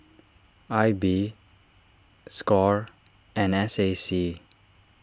I B score and S A C